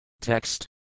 Text